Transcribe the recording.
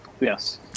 Yes